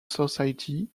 society